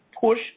push